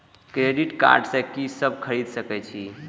Credit card से की सब खरीद सकें छी?